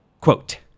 quote